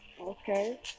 Okay